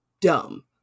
dumb